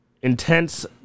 Intense